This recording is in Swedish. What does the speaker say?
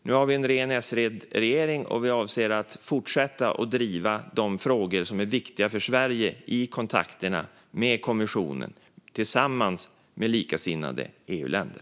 Nu har vi en ren S-regering, och vi avser att fortsätta att driva de frågor som är viktiga för Sverige i kontakterna med kommissionen, tillsammans med likasinnade EU-länder.